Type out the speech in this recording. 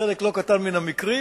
בחלק לא קטן מן המקרים,